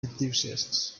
enthusiasts